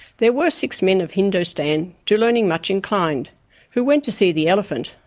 there were six men of hindostan, to learning much inclined who went to see the elephant,